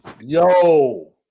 Yo